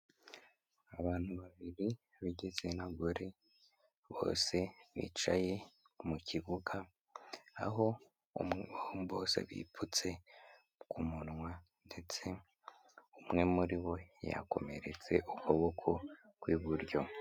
Abantu babiri b'igitsina gore bose bicaye mu kibuga aho bose bipfutse ku munwa ndetse umwe muri bo yakomeretse ukuboko kw'iburyo.